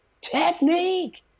technique